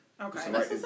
Okay